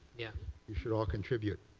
yeah you should all contribute.